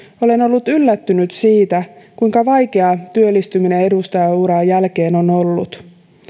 olen ollut yllättynyt siitä kuinka vaikeaa työllistyminen edustajanuran jälkeen on ollut